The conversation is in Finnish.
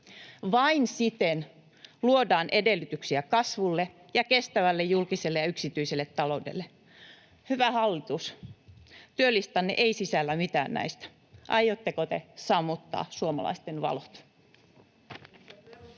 Vain siten luodaan edellytyksiä kasvulle ja kestävälle julkiselle ja yksityiselle taloudelle. Hyvä hallitus, työlistanne ei sisällä mitään näistä. Aiotteko te sammuttaa suomalaisten valot?